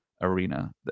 arena